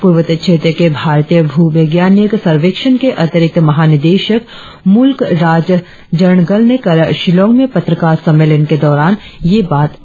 पूर्वोत्तर क्षेत्र के भारतीय भूवैज्ञानिक सर्वेक्षण के अतिरिक्त महा निदेशक मुल्क राज जर्नगल ने कल शिलोंग में पत्रकार सम्मेलन के दौरान यह बात बताई